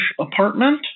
apartment